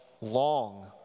long